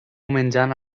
menjant